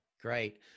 great